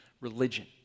religion